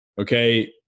Okay